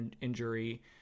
injury